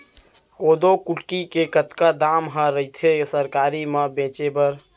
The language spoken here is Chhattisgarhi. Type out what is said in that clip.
कोदो कुटकी के कतका दाम ह रइथे सरकारी म बेचे बर?